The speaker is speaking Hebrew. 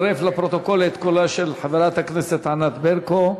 לפרוטוקול את קולה של חברת הכנסת ענת ברקו.